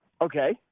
Okay